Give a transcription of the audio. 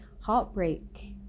heartbreak